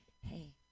hey